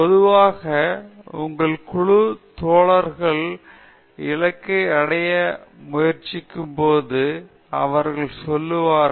பொதுவாக உங்கள் குழு தோழர்கள் இலக்கை அடைய முயற்சிக்கிறோம் என்று சொல்வார்கள்